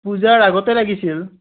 পূজাৰ আগতে লাগিছিল